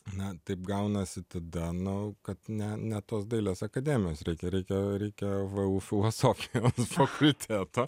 na taip gaunasi tada nu kad ne ne tos dailės akademijos reikia reikia reikia vu filosofijos fakulteto